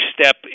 step